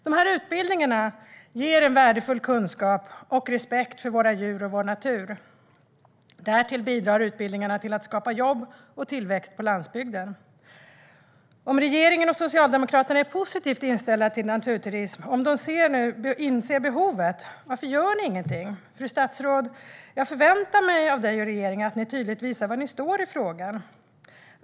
De här utbildningarna ger en värdefull kunskap om och respekt för våra djur och vår natur. Därtill bidrar utbildningarna till att skapa jobb och tillväxt på landsbygden. Om nu ni i regeringen och Socialdemokraterna är positivt inställda till naturturism och inser behovet, varför gör ni då ingenting, fru statsråd? Jag förväntar mig av dig och regeringen att ni tydligt visar var ni står i frågan.